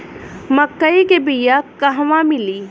मक्कई के बिया क़हवा मिली?